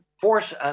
force